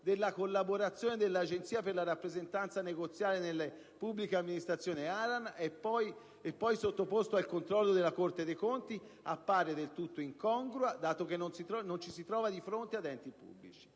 della collaborazione dell'Agenzia per la rappresentanza negoziale delle pubbliche amministrazioni ARAN e poi sottoposto al controllo della Corte dei conti, appare del tutto incongrua dato che non ci si trova di fronte ad enti pubblici.